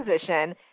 position